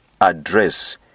address